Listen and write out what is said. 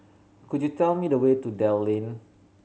could you tell me the way to Dell Lane